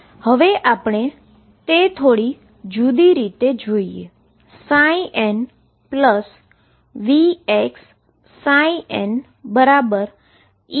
હવે આપણે તેને થોડી જુદી રીતે જોઈએ